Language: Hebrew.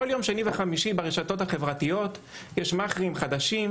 בכל שני וחמישי יש ברשתות החברתיות מאכערים חדשים,